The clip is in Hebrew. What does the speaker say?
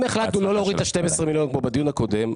אם החלטנו לא להוריד את ה-12 מיליון כמו בדיון הקודם,